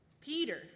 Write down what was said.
Peter